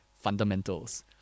fundamentals